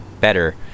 better